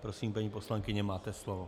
Prosím, paní poslankyně, máte slovo.